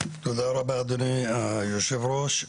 תודה רבה אדוני היושב ראש.